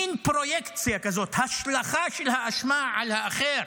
מין פרויקציה כזאת, השלכה של האשמה על האחר.